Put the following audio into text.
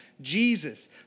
Jesus